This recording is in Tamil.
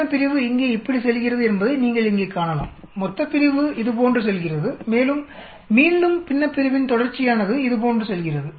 பின்னப்பிரிவு இங்கே இப்படி செல்கிறது என்பதை நீங்கள் இங்கே காணலாம் மொத்தப்பிரிவு இதுபோன்று செல்கிறது மேலும் மீண்டும் பின்னப்பிரிவின் தொடர்ச்சியானது இதுபோன்று செல்கிறது